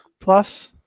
Plus